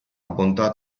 bontà